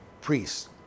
priests